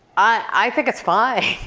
i think it's fine.